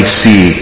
see